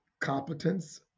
competence